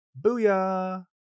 Booyah